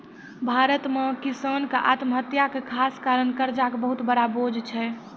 भारत मॅ किसान के आत्महत्या के खास कारण कर्जा के बहुत बड़ो बोझ छै